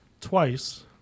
Twice